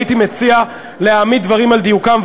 הייתי מציע להעמיד דברים על דיוקם.